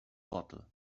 bottle